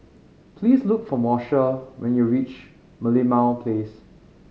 please look for Moshe when you reach Merlimau Place